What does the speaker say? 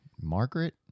Margaret